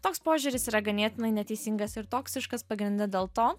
toks požiūris yra ganėtinai neteisingas ir toksiškas pagrinde dėl to